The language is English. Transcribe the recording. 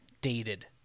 dated